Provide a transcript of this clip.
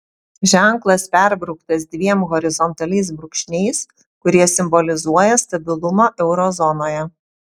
ženklas perbrauktas dviem horizontaliais brūkšniais kurie simbolizuoja stabilumą euro zonoje